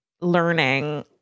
learning